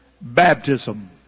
Baptism